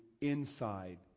inside